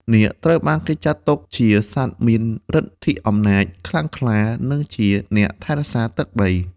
នាគ ត្រូវបានគេចាត់ទុកជាសត្វមានឫទ្ធិអំណាចខ្លាំងក្លា និងជាអ្នកថែរក្សាទឹកដី។